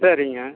சரிங்க